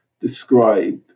described